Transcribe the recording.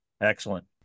Excellent